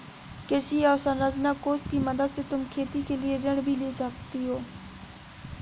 कृषि अवसरंचना कोष की मदद से तुम खेती के लिए ऋण भी ले सकती हो